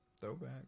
Throwback